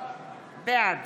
בעד